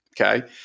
Okay